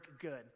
good